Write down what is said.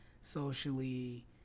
socially